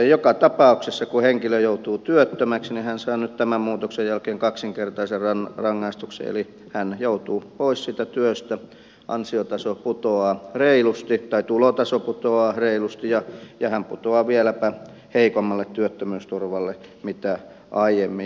joka tapauksessa kun henkilö joutuu työttömäksi hän saa nyt tämän muutoksen jälkeen kaksinkertaisen rangaistuksen eli hän joutuu pois siitä työstä tulotaso putoaa reilusti ja hän putoaa vieläpä heikommalle työttömyysturvalle kuin aiemmin